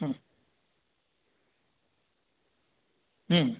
हं हं